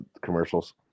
commercials